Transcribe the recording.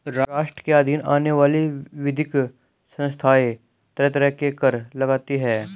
राष्ट्र के अधीन आने वाली विविध संस्थाएँ तरह तरह के कर लगातीं हैं